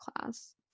class